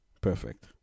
perfect